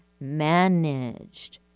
managed